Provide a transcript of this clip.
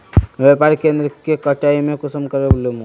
व्यापार केन्द्र के कटाई में कुंसम करे लेमु?